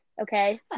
Okay